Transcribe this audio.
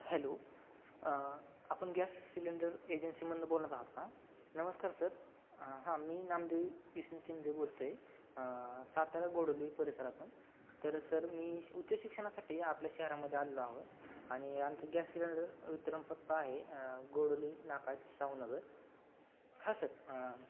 hello आपण gas cylinder एजन्सीमधून बोलत आहात का नमस्कार सर हां मी नामदेव विष्णुचंद देव बोलतो आहे सातारा गोडोली परिसरातून तर सर मी उच्च शिक्षणासाठी आपल्या शहरामध्ये आलेलो आहोत आणि आमचे गॅस सिलेंडर वितरण पत्ता आहे गोडोली नाका शाहूनगर हां सर